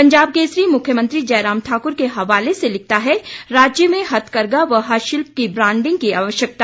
पंजाब केसरी मुख्यमंत्री जयराम ठाकुर के हवाले से लिखता है राज्य में हथकरघा व हस्तशिल्प की ब्रांडिग की आवश्यकता